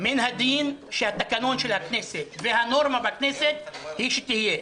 מן הדין שתקנון הכנסת והנורמה בכנסת הם שיהיו.